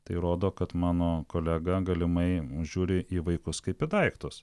tai rodo kad mano kolega galimai žiūri į vaikus kaip į daiktus